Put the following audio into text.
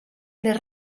les